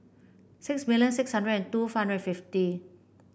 six million six hundred and two hundred fifty